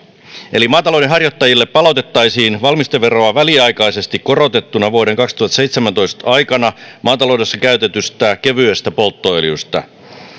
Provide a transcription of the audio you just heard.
eli maatalouden harjoittajille palautettaisiin valmisteveroa väliaikaisesti korotettuna vuoden kaksituhattaseitsemäntoista aikana maataloudessa käytetystä kevyestä polttoöljystä